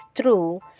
true